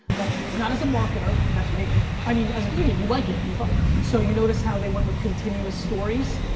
like, not as a marketer, that's me. i mean, as a human you like it. and but so you notice how they went with continuous stories,